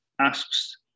asks